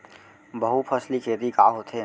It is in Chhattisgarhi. बहुफसली खेती का होथे?